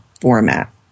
format